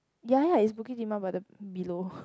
ya ya it's Bukit Timah but the below